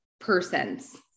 persons